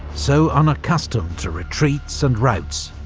so unaccustomed to retreats and routs,